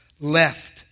left